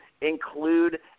include